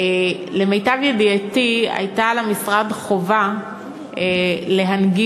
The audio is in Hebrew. למיטב ידיעתי הייתה למשרד חובה להנגיש,